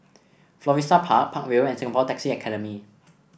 Florissa Park Park Vale and Singapore Taxi Academy